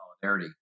solidarity